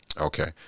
Okay